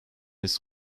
his